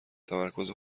تمرکز